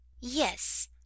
Yes